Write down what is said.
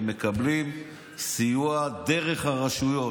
הם מקבלים סיוע דרך הרשויות,